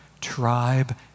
tribe